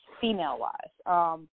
female-wise